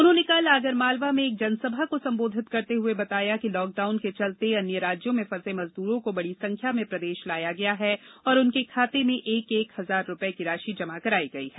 उन्होंने कल आगरमालवा में एक जनसभा को संबोधित करते हुए बताया कि लॉकडाउन के चलते अन्य राज्यों में फंसे मजदूरों को बड़ी संख्या में प्रदेश लाया गया है और उनके खाते में एक एक हजार रूपये की राशि जमा कराई गई है